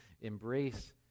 embrace